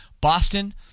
Boston